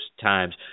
times